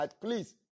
Please